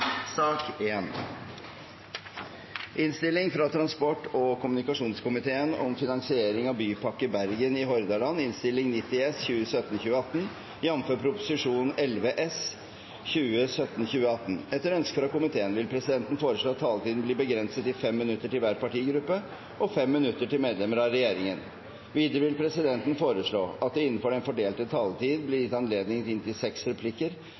fra transport- og kommunikasjonskomiteen vil presidenten foreslå at taletiden blir begrenset til 5 minutter til hver partigruppe og 5 minutter til medlemmer av regjeringen. Videre vil presidenten foreslå at det – innenfor den fordelte taletid – blir gitt anledning til inntil seks replikker